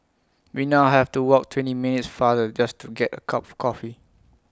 we now have to walk twenty minutes farther just to get A cup of coffee